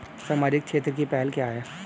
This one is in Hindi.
सामाजिक क्षेत्र की पहल क्या हैं?